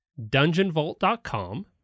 DungeonVault.com